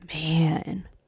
Man